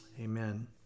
Amen